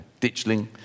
Ditchling